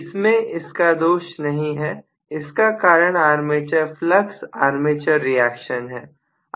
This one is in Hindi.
इसमें इसका दोष नहीं है इसका कारण आर्मेचर फ्लक्स आर्मेचर रिएक्शन है